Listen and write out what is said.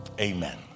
Amen